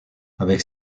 avec